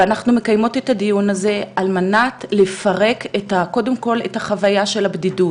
אנחנו מקיימות את הדיון הזה על מנת לפרק קודם כל את החוויה של הבדידות,